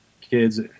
kids